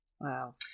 Wow